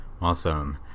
awesome